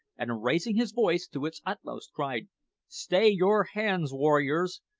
and raising his voice to its utmost, cried stay your hands, warriors!